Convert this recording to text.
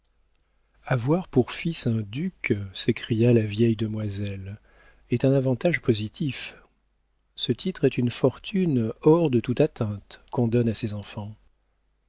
avoir pour fils un duc s'écria la vieille demoiselle est un avantage positif ce titre est une fortune hors de toute atteinte qu'on donne à ses enfants